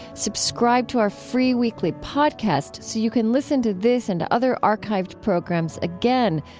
subscribe to our free weekly podcast so you can listen to this and other archived programs again.